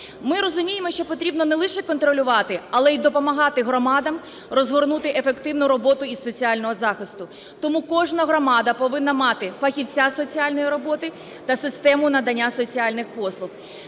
Ми розуміємо, що потрібно не лише контролювати, але і допомагати громадам розгорнути ефективну роботу із соціального захисту. Тому кожна громада повинна мати фахівця з соціальної роботи та систему надання соціальних послуг.